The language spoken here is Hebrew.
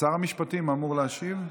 המשפטים אמור להשיב?